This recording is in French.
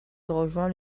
rejoint